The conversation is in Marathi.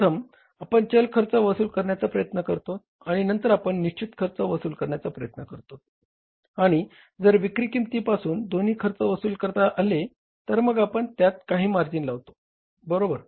प्रथम आपण चल खर्च वसूल करण्याचा प्रयत्न करतोत आणि नंतर आपण निश्चित खर्च वसूल करण्याचा प्रयत्न करतोत आणि जर विक्री किंमतीपासून दोन्ही खर्च वसूल करता आले तर मग आपण त्यात काही मार्जिन लावतो बरोबर